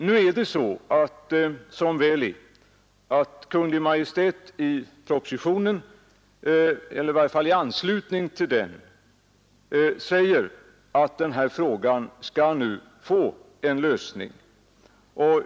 Nu är det så, som väl är, att Kungl. Majt i propositionen eller i varje fall i anslutning till den säger att de medicinskadades skadeståndsproblem nu skall få en lösning.